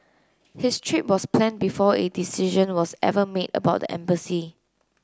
his trip was planned before a decision was ever made about the embassy